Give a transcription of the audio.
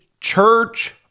church